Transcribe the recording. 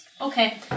Okay